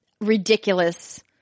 ridiculous